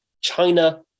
China